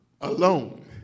alone